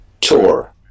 tour